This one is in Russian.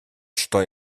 что